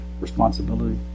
responsibility